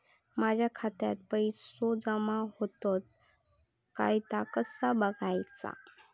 माझ्या खात्यात पैसो जमा होतत काय ता कसा बगायचा?